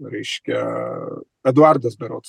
reiškia eduardas berods